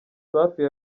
safi